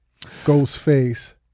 Ghostface